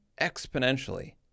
exponentially